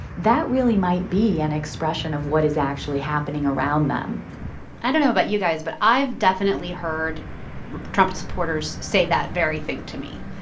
that really might be an expression of what is actually happening around them i don't know about you guys, but i've definitely heard trump supporters say that very thing to me,